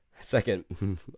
Second